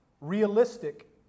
Realistic